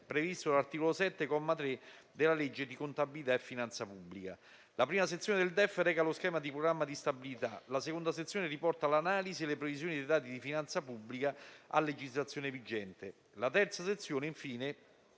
previsto dall'articolo 7, comma 3, della legge di contabilità e finanza pubblica. La prima sezione del DEF reca lo schema di programma di stabilità; la seconda sezione riporta l'analisi e le previsioni dei dati di finanza pubblica a legislazione vigente; la terza sezione, infine,